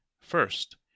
first